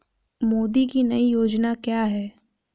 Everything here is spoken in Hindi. मोदी की नई योजना क्या है?